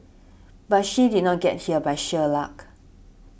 but she did not get here by sheer luck